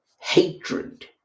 hatred